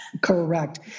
Correct